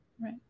Right